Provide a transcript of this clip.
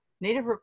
Native